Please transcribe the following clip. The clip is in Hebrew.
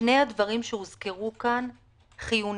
שני הדברים שהוזכרו כאן הם חיוניים,